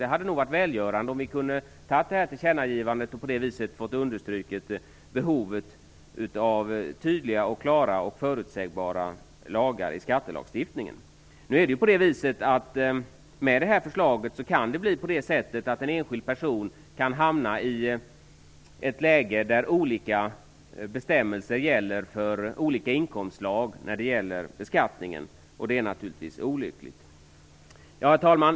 Det hade nog varit välgörande om vi hade kunnat framföra det här tillkännagivandet och på det viset hade understrukit behovet av tydliga, klara och förutsägbara lagar i skattelagstiftningen. Med det här förslaget kan det bli på det sättet att olika bestämmelser kan komma att gälla för olika inkomstslag när det gäller beskattningen för en enskild person, och det är naturligtvis olyckligt. Herr talman!